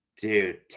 dude